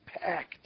packed